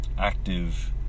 active